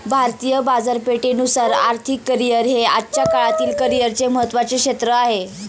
भारतीय बाजारपेठेनुसार आर्थिक करिअर हे आजच्या काळातील करिअरचे महत्त्वाचे क्षेत्र आहे